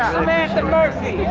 samantha murphy,